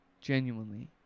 Genuinely